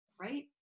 Right